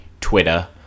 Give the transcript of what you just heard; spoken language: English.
twitter